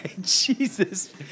Jesus